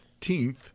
15th